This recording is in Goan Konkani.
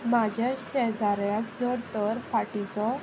म्हाज्या शेजाऱ्याक जर तर फाटीचो